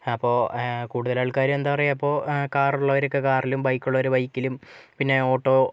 അപ്പോൾ കൂടുതലാൾക്കാരും എന്തപറയാ ഇപ്പോൾ കാറുള്ളവരൊക്കെ കാറിലും ബൈക്കുള്ളവർ ബൈക്കിലും പിന്നെ ഓട്ടോ